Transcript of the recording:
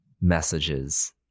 messages